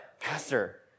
Pastor